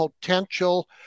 potential